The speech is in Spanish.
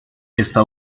está